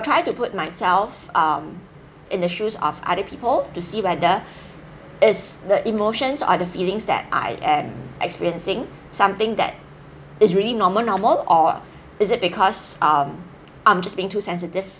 try to put myself um in the shoes of other people to see whether is the emotions or the feelings that I am experiencing something that is really normal normal or is it because um I'm just being too sensitive